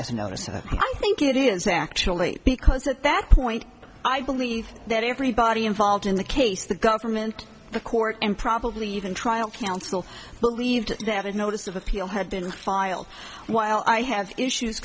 oversight i think it is actually because at that point i believe that everybody involved in the case the government the court and probably even trial counsel believed that a notice of appeal had been filed while i have issues